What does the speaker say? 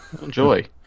Enjoy